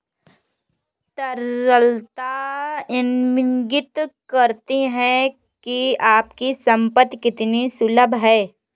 तरलता इंगित करती है कि आपकी संपत्ति कितनी सुलभ है